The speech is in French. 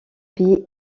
pays